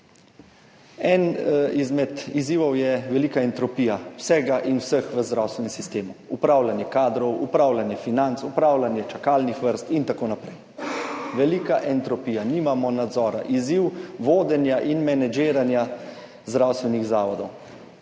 Eden izmed izzivov je velika entropija vsega in vseh v zdravstvenem sistemu, upravljanje kadrov, upravljanje financ, upravljanje čakalnih vrst in tako naprej. Velika entropija, nimamo nadzora, izziv vodenja in menedžiranja zdravstvenih zavodov,